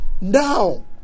now